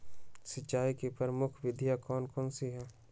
सिंचाई की प्रमुख विधियां कौन कौन सी है?